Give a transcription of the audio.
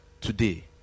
today